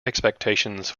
expectations